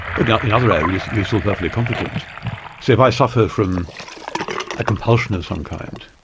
but yeah in other areas you're still perfectly competent. so if i suffer from a compulsion of some kind,